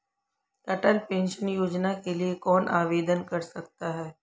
अटल pension Yojana के लिए कौन आवेदन कर सकता है?